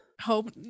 hope